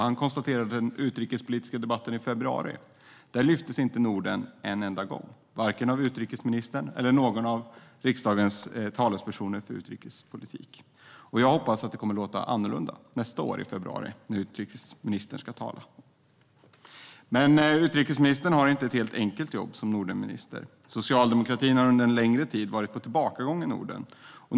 Han konstaterade att i den utrikespolitiska debatten i februari lyftes inte Norden upp en enda gång, vare sig av utrikesministern eller av någon av riksdagspartiernas talespersoner för utrikespolitik. Jag hoppas att det kommer att låta annorlunda i februari nästa år när utrikesministern ska tala. Men utrikesministern har inte ett helt enkelt jobb som Nordenminister. Socialdemokratin har under en längre tid varit på tillbakagång i Norden.